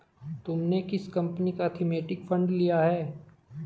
तुमने किस कंपनी का थीमेटिक फंड लिया है?